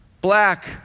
Black